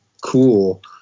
cool